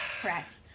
Correct